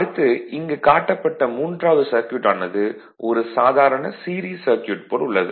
அடுத்து இங்கு காட்டப்பட்ட மூன்றாவது சர்க்யூட் ஆனது ஒரு சாதாரண சீரிஸ் சர்க்யூட் போல் உள்ளது